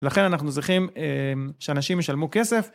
לכן אנחנו צריכים שאנשים ישלמו כסף.